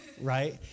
right